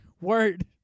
word